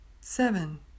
seven